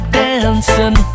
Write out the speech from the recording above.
dancing